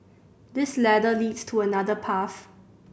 this ladder leads to another path